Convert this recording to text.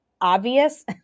obvious